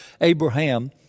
Abraham